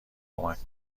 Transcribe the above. کمک